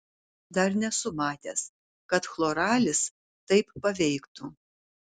dar nesu matęs kad chloralis taip paveiktų